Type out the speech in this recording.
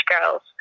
girls